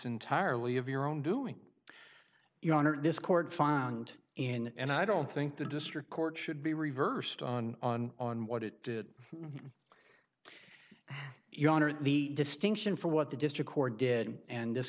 entirely of your own doing your honor discord found in and i don't think the district court should be reversed on on on what it did the distinction for what the district court did and this